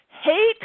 hate